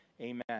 Amen